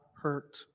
hurt